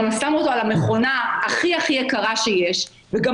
גם הוא שם אותו על המכונה הכי יקרה שיש וגם